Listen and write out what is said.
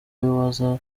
waza